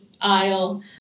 aisle